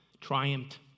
triumphed